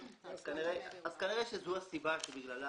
כנראה שזו הסיבה שבגללה